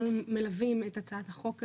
אנחנו מלווים את הצעת החוק הזו,